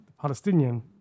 Palestinian